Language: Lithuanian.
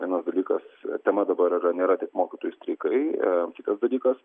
vienas dalykas tema dabar yra nėra tik mokytojų streikai kitas dalykas